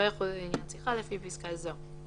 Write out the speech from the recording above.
לא יחולו לעניין שיחה לפי פיסקה זו,